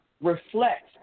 reflect